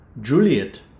Juliet